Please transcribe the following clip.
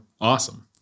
Awesome